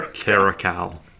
Caracal